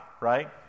right